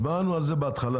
הצבענו על זה בהתחלה.